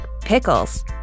pickles